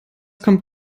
kommt